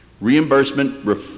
Reimbursement